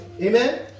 Amen